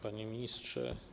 Panie Ministrze!